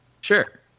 Sure